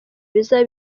bizaba